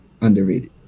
underrated